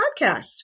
podcast